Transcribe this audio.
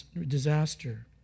disaster